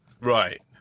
Right